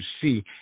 see